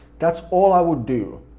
that's all i would do.